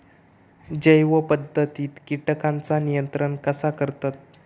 जैव पध्दतीत किटकांचा नियंत्रण कसा करतत?